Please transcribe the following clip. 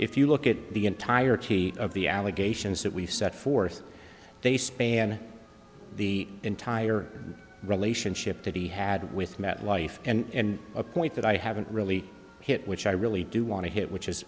if you look at the entirety of the allegations that we've set forth they span the entire relationship that he had with met life and a point that i haven't really hit which i really do want to hit which is